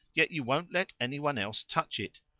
yet you won't let anyone else touch it.